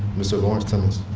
mr. lawrence timmons.